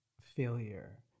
failure